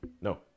No